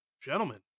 Gentlemen